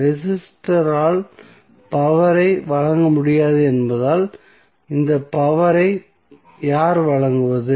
resistor ஆல் power ஐ வழங்க முடியாது என்பதால் இந்த பவர் ஐ யார் வழங்குவது